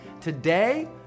Today